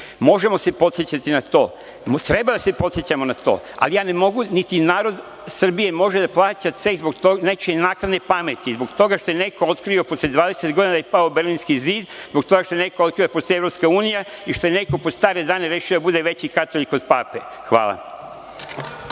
se podsećati na to, treba da se podsećamo na to, ali ja ne mogu, niti narod Srbije može da plaća ceh zbog nečije naknadne pameti, zbog toga što je neko posle 20 godina otkrio da je pao Berlinski zid, zbog toga što je neko otkrio da postoji EU i što je neko pod stare dane rešio da bude veći katolik od pape. Hvala.